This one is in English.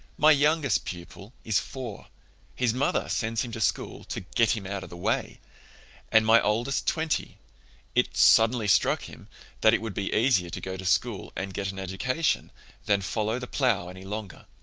my youngest pupil is four his mother sends him to school to get him out of the way' and my oldest twenty it suddenly struck him that it would be easier to go to school and get an education than follow the plough any longer.